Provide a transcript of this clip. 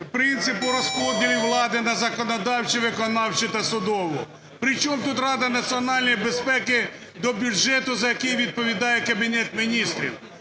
принципу розподілу влади на законодавчу, виконавчу та судову? При чому тут Рада національної безпеки до бюджету, за який відповідає Кабінет Міністрів?